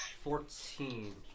Fourteen